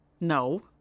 No